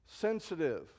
sensitive